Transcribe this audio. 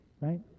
right